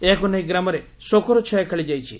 ଏହାକୁ ନେଇ ଗ୍ରାମରେ ଶୋକର ଛାୟା ଖେଳିଯାଇଛି